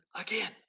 again